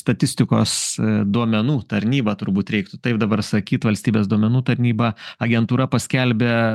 statistikos duomenų tarnyba turbūt reiktų taip dabar sakyt valstybės duomenų tarnyba agentūra paskelbė